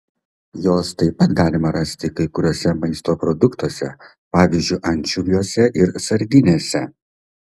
jos taip pat galima rasti kai kuriuose maisto produktuose pavyzdžiui ančiuviuose ir sardinėse